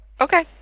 Okay